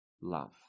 love